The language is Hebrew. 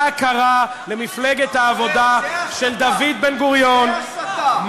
מה קרה למפלגת העבודה של דוד בן-גוריון, זה הסתה.